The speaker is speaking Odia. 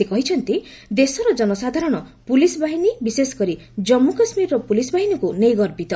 ସେ କହିଛନ୍ତି ଦେଶର ଜନସାଧାରଣ ପୁଲିସ ବାହିନୀ ବିଶେଷ କରି ଜାମ୍ମୁ କାଶ୍ମୀରର ପୁଲିସ୍ ବାହିନୀକୁ ନେଇ ଗର୍ବିତ